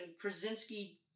Krasinski